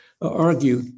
argue